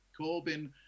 Corbyn